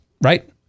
right